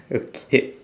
okay